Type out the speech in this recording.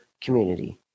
community